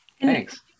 Thanks